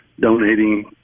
donating